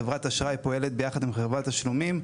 חברת אשראי פועלת ביחד עם חברת תשלומים,